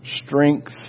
strength